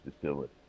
facility